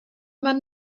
man